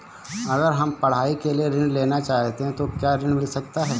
अगर हम पढ़ाई के लिए ऋण लेना चाहते हैं तो क्या ऋण मिल सकता है?